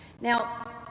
Now